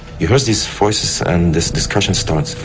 it was these voices and this discussion starts.